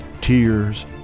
tears